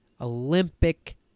Olympic